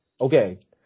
Okay